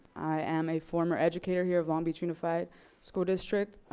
i am a former educator here of long beach unified school district.